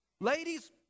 Ladies